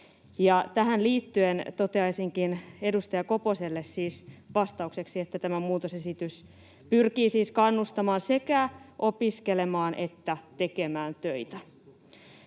Tähän liittyen toteaisinkin edustaja Koposelle vastaukseksi, että tämä muutosesitys pyrkii siis kannustamaan sekä opiskelemaan että tekemään töitä.